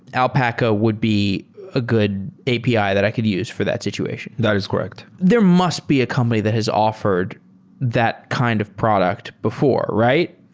alpaca would be a good api that i could use for that situation that is correct there must be a company that has offered that kind of product before, right?